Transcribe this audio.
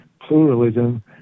pluralism